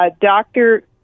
Dr